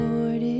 Lord